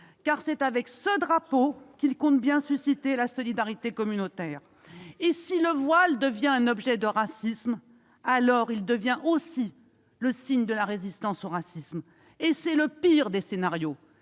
car c'est avec ce drapeau qu'ils comptent bien susciter la solidarité communautaire. Si le voile devient un objet de racisme, alors il devient aussi le signe de la résistance au racisme, et c'est le pire des scénarios